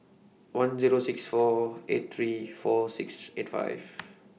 one Zero six four eight three four six eight five